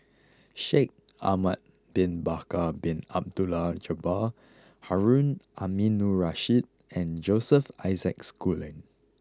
Shaikh Ahmad bin Bakar Bin Abdullah Jabbar Harun Aminurrashid and Joseph Isaac Schooling